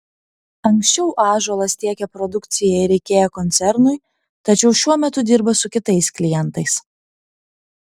anksčiau ąžuolas tiekė produkciją ir ikea koncernui tačiau šiuo metu dirba su kitais klientais